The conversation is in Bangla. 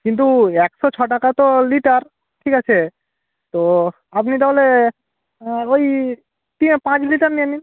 কিন্তু একশো ছ টাকা তো লিটার ঠিক আছে তো আপনি তাহলে ওই ঠিক আছে পাঁচ লিটার নিয়ে নিন